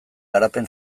garapen